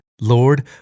Lord